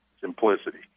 simplicity